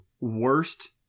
worst